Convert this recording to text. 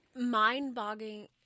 mind-boggling